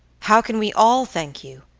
how can we all thank you?